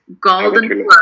Golden